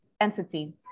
entity